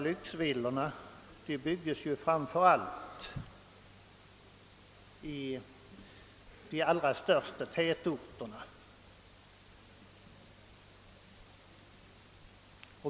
Lyxvillorna byggdes ju framför allt i de allra största tätorterna.